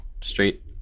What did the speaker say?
straight